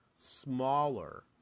smaller